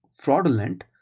fraudulent